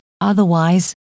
Otherwise